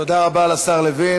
תודה רבה לשר לוין.